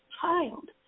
child